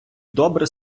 добре